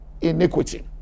iniquity